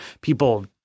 people